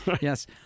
Yes